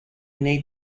need